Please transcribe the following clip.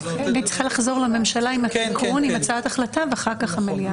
והיא צריכה לחזור לממשלה עם התיקון עם הצעת החלטה ואחר כך המליאה.